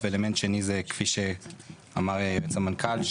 ואלמנט שני זה כפי שאמר יועץ המנכ"ל,